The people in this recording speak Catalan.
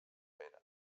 pere